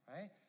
right